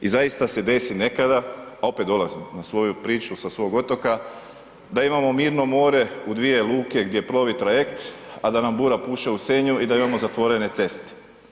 I zaista se desi nekada, a opet dolazim na svoju priču sa svog otoka, da imamo mirno more u dvije luke gdje plovi trajekt, a da nam bura puše u Senju i da imamo zatvorene ceste.